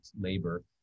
labor